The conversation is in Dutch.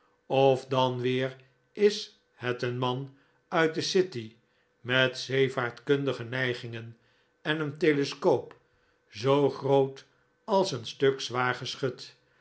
of dan weer is het een man uit de city met zeevaartkundige neigingen en een telescoop zoo groot als een stuk zwaar geschut